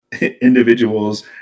individuals